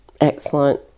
excellent